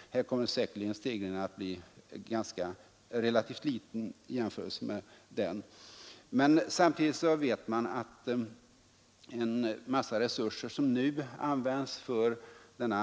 Stegringen kommer sannolikt här att bli ganska liten i jämförelse med denna. Samtidigt vet man att en mängd av de resurser, som nu används för den